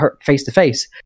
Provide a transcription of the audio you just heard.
face-to-face